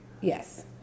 Yes